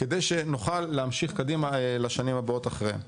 כדי שנוכל להמשיך קדימה לשנים הבאות אחריה.